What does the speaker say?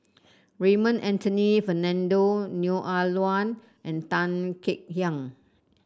Raymond Anthony Fernando Neo Ah Luan and Tan Kek Hiang